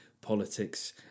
Politics